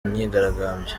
myigaragambyo